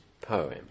poem